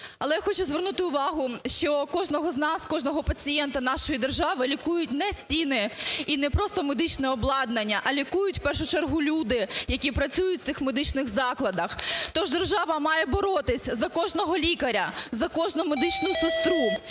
Але я хочу звернути увагу, що кожного з нас, кожного пацієнта нашої держави лікують не стіни і не просто медичне обладнання, а лікують, в першу чергу, люди, які працюють в цих медичних закладах. Тож держава має боротись за кожного лікаря, за кожну медичну сестру.